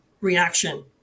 reaction